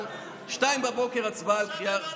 אבל ב-02:00 הצבעה על קריאה ראשונה.